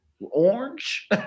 orange